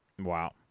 Wow